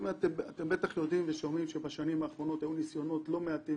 אתם בטח יודעים שבשנים האחרונות היו ניסיונות לא מעטים